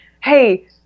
hey